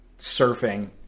surfing